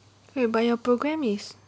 wait but your programme is